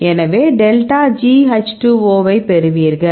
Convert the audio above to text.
எனவே delta G H 2 O ஐப் பெறுவீர்கள்